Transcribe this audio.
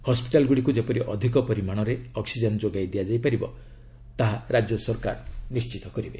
hospital ଗୁଡ଼ିକୁ ଯେପରି ଅଧିକ ପରିମାଣରେ ଅକ୍ଟିଜେନ୍ ଯୋଗାଇ ଦିଆଯିବ ତାହା ରାଜ୍ୟ ସରକାର ନିଶ୍ଚିତ କରିବେ